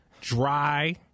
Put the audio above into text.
dry